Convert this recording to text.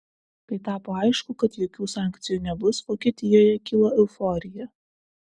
kai tapo aišku kad jokių sankcijų nebus vokietijoje kilo euforija